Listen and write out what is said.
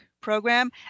program